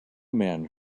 men